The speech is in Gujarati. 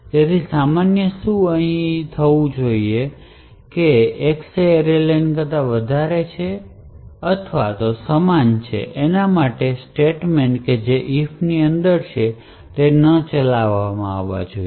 જેથી સામાન્ય શું અહીં જ થવું જોઇએ કે કારણ કે X એ array len કરતાં વધારે અથવા સમાન માટે આ સ્ટેટમેંટ જે if ની અંદર છે તે ન ચલાવવામાં આવવા જોઈએ